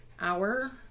hour